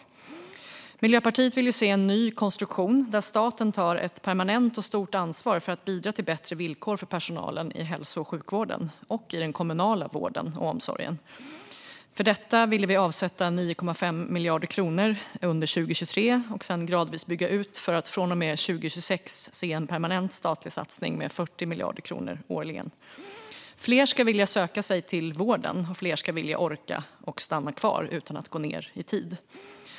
Vi i Miljöpartiet ville se en ny konstruktion där staten tar ett permanent och stort ansvar för att bidra till bättre villkor för personalen i hälso och sjukvården och i den kommunala vården och omsorgen. För detta ville vi avsätta 9,5 miljarder kronor under 2023 och sedan gradvis bygga ut det hela för att från 2026 få se en permanent statlig satsning om 40 miljarder kronor årligen. Fler ska vilja söka sig till vården, och fler ska vilja och orka stanna kvar utan att gå ned i tid.